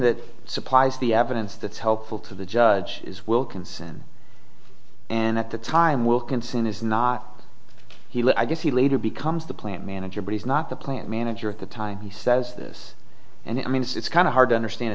that supplies the evidence that's helpful to the judge is wilkinson and at the time wilkinson is not he would i guess he later becomes the plant manager but he's not the plant manager at the time he says this and i mean it's kind of hard to understand